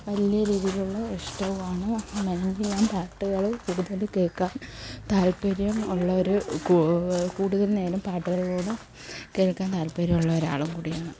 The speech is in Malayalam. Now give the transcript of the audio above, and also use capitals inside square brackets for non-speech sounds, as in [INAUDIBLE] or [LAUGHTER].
വലിയ രീതിയിലുള്ള ഇഷ്ടമാണ് [UNINTELLIGIBLE] ഞാൻ പാട്ടുകൾ കൂടുതൽ കേൾക്കാൻ താൽപ്പര്യം ഉള്ള ഒരു കൂടുതൽ നേരം പാട്ടുകളിലൂടെ കേൾക്കാൻ താൽപ്പര്യമുള്ള ഒരാളും കൂടിയാണ്